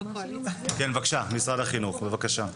בבקשה, משרד החינוך בבקשה.